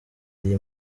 iyi